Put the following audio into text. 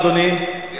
אדוני.